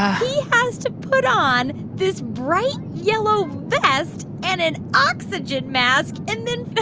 he has to put on this bright-yellow vest and an oxygen mask and then.